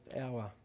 hour